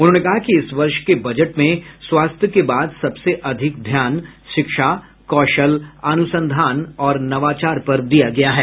उन्होंने कहा कि इस वर्ष के बजट में स्वास्थ्य के बाद सबसे अधिक ध्यान शिक्षा कौशल अनुसंधान और नवाचार पर दिया गया है